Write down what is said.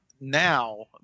now